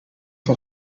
son